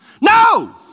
No